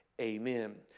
amen